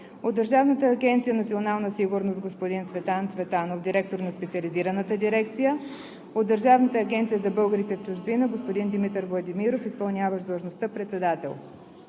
от Държавна агенция „Национална сигурност“ господин Цветан Цветанов – директор на Специализираната дирекция; от Държавна агенция за българите в чужбина господин Димитър Владимиров – изпълняващ длъжността председател.